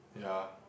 ya